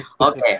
Okay